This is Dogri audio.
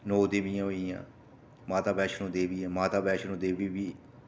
नौ देवियां होइयां माता वैष्णो देवी ऐ माता वैष्णो देवी बी